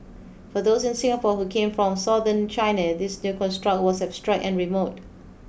for those in Singapore who came from southern China this new construct was abstract and remote